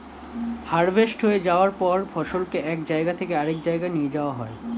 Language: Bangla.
হার্ভেস্ট হয়ে যাওয়ার পর ফসলকে এক জায়গা থেকে আরেক জায়গায় নিয়ে যাওয়া হয়